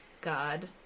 god